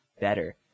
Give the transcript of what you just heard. better